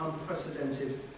unprecedented